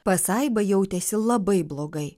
pasaiba jautėsi labai blogai